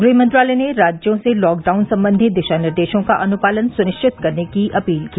गृह मंत्रालय ने राज्यों से लॉकडाउन सम्बंधी दिशा निर्देशों का अनुपालन सुनिश्चित करने की अपील की